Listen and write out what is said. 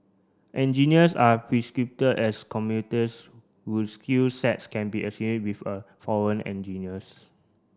engineers are as whose skill sets can be a with foreign engineers